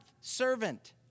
servant